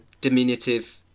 diminutive